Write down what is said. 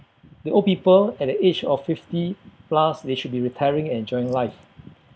the old people at the age of fifty plus they should be retiring and enjoying life